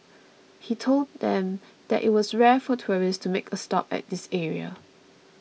he told them that it was rare for tourists to make a stop at this area